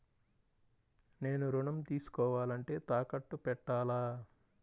నేను ఋణం తీసుకోవాలంటే తాకట్టు పెట్టాలా?